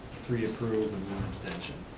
three approve and one abstention.